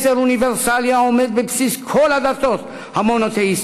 מסר אוניברסלי העומד בבסיס כל הדתות המונותיאיסטיות.